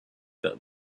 that